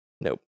Nope